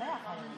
מצרכים